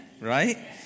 right